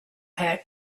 had